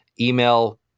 email